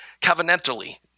covenantally